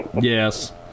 Yes